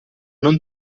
non